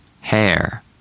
hair